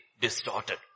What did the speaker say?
distorted